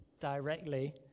directly